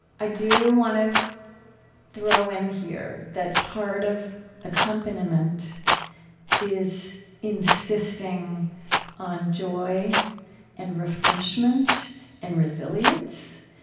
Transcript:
i do want to throw in here that part of accompaniment is insisting on joy and refreshment and resilience,